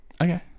Okay